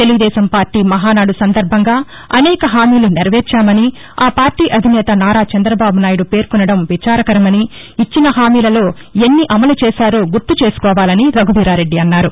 Telugu Desam party Mahanadu సందర్బంగా అనేక హామీలు నెరవేర్చామని ఆ పార్లీ అధినేత నారా చంద్రబాబునాయుడు పేర్కొనడం విచారకరమని ఇచ్చిన హామీలలో ఎన్ని అమలు చేశారో గుర్తు చేసుకోవాలని రఘువీరారెడ్డి అన్నారు